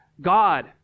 God